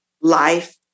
life